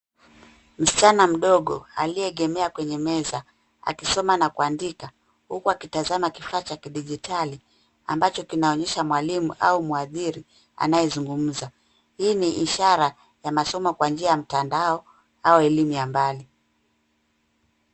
Msichana mdogo aliyeegemea kwenye meza akisoma na kuandika huku akitazama kifaa cha kidijitali ambacho kinaonyesha mwalimu au mhadhiri anayezungumza. Hii ni ishara ya masomo kwa njia ya mtandao au elimu ya mbali.